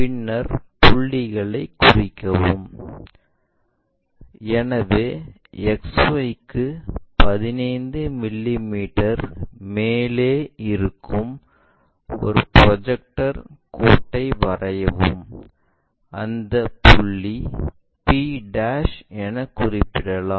பின்னர் புள்ளிகளைக் குறிக்கவும் எனவே XY க்கு 15 மிமீ மேலே இருக்கும் ஒரு ப்ரொஜெக்டர் கோட்டை வரையவும் அந்த புள்ளி p என குறிப்பிடவும்